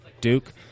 Duke